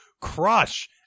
crush